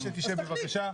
אני מבקש ממך שתשב בבקשה.